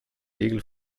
regel